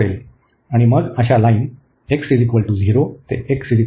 आणि मग अशा लाईन x 0 ते x 1 पर्यंत बदलतील